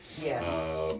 Yes